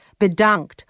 bedankt